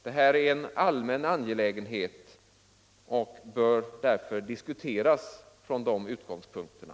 Detta är en allmän angelägenhet, och den bör diskuteras från de utgångspunkterna.